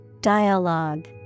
Dialogue